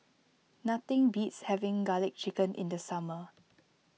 nothing beats having Garlic Chicken in the summer